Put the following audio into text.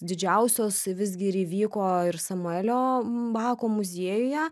didžiausios visgi ir įvyko ir samuelio bako muziejuje